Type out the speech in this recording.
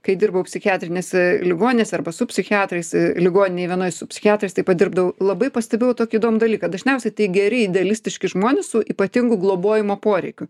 kai dirbau psichiatrinėse ligoninėse arba su psichiatrais ligoninėj vienoj su psichiatrais taip pat dirbdavau labai pastebėjau tokį įdomų dalyką dažniausiai tai geri idealistiški žmonės su ypatingu globojimo poreikiu